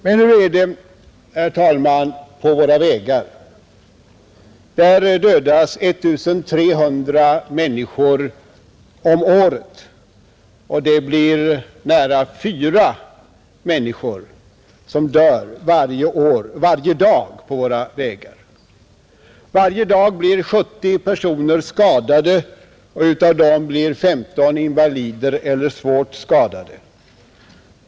Men hur är det, herr talman, på våra vägar? Där dödas 1 300 människor om året. Nära fyra människor dör varje dag på våra vägar. Varje dag blir 70 personer skadade, och av dem blir 15 invalider eller svårt skadade.